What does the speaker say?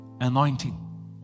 anointing